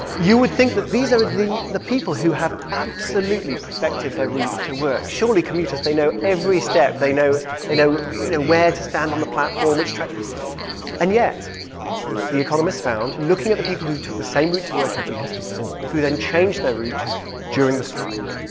you would think that these are the the people who have absolutely perfected their route to work. surely commuters, they know every step. they know they know you know where to stand on the platform, which track and yet the economists found, looking at the people who took the same route to work every day who then changed their route during the strike,